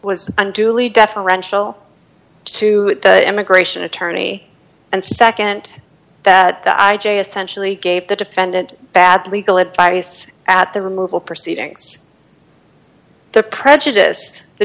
was unduly deferential to the immigration attorney and nd that the i j a essentially gave the defendant bad legal advice at the removal proceedings the prejudice th